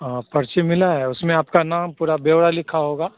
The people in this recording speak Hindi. हाँ पर्ची मिली है उसमें आपका नाम पूरा ब्योरा लिखा होगा